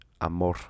amor